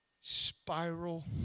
Spiral